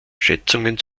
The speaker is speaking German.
schätzungen